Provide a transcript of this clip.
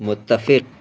متفق